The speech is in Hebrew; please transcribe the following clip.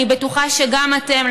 אני בטוחה שגם אתם,